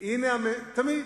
לא תמיד.